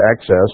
access